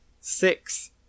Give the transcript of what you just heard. six